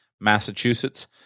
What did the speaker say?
Massachusetts